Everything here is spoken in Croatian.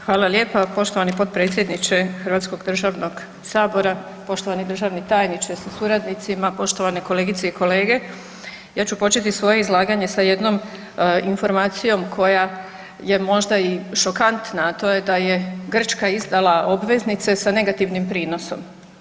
Hvala lijepa poštovani potpredsjedniče Hrvatskog državnog sabora, poštovani državni tajniče sa suradnicima, poštovane kolegice i kolege, ja ću početi svoje izlaganje sa jednom informacijom koja je možda i šokantna, a to je da je Grčka izdala obveznice sa negativnim prinosom.